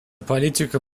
политика